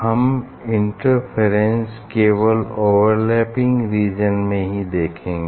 हम इंटरफेरेंस केवल overlapping region में ही देखेंगे